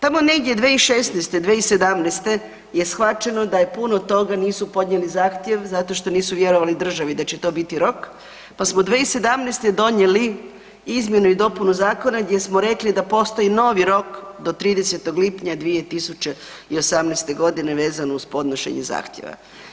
Tamo negdje 2016., 2017. je shvaćeno da je puno toga nisu podnijeli zahtjev zato što nisu vjerovali državi da će to biti rok pa smo 2017. donijeli izmjenu i dopunu zakona gdje smo rekli da postoji novi rok do 30. lipnja 2018. g. vezan uz podnošenje zahtjeva.